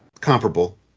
comparable